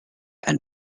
and